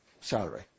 salary